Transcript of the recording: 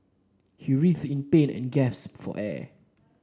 he writhed in pain and gasped for air